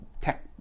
tech